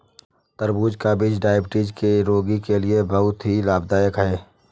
तरबूज का बीज डायबिटीज के रोगी के लिए बहुत ही लाभदायक है